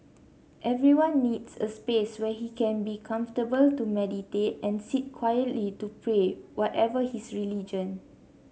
everyone needs a space where he can be comfortable to meditate and sit quietly to pray whatever his religion